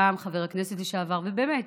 חבר כנסת לשעבר ויועץ,